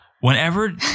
Whenever